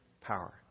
power